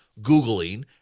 Googling